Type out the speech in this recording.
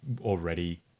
already